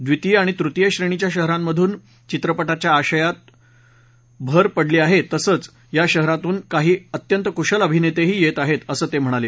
द्वितीय आणि तृतीय श्रेणीच्या शहरांतून चित्रपटाच्या आशयात भर पडली आहे तसंच या शहरांमधून काही अत्यंत कुशल अभिनेतेही येत आहेत असं ते पुढे म्हणाले